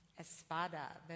Espada